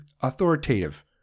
authoritative